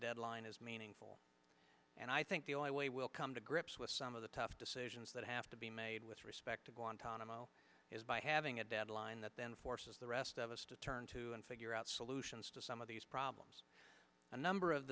deadline is meaningful and i think the only way we'll come to grips with some of the tough decisions that have to be made with respect to guantanamo is by having a deadline that then forces the rest of us to turn to and figure out solutions to some of these problems a number of